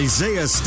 Isaiah